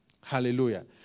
Hallelujah